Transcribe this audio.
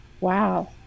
Wow